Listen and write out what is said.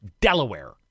Delaware